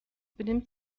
benimmt